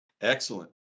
Excellent